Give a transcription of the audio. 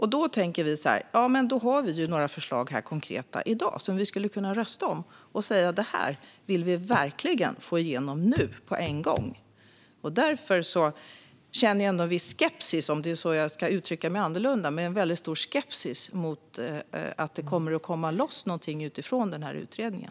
Vi tänker då att vi har några konkreta förslag här i dag som vi skulle kunna rösta om och säga: Det här vill vi verkligen få igenom nu på en gång. Jag känner en väldigt stor skepsis inför att det kommer att komma loss någonting utifrån utredningen.